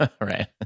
right